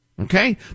Okay